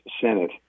Senate